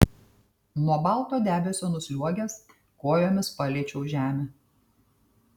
nuo balto debesio nusliuogęs kojomis paliečiau žemę